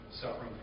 suffering